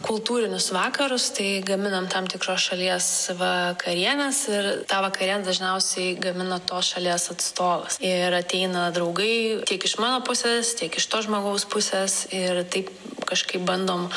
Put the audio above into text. kultūrinius vakarus tai gaminam tam tikros šalies vakarienes ir tą vakarienę dažniausiai gamina tos šalies atstovas ir ateina draugai tiek iš mano pusės tiek iš to žmogaus pusės ir taip kažkaip bandom